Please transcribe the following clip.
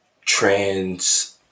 trans